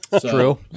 True